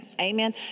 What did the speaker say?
Amen